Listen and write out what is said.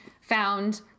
found